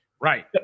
right